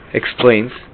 explains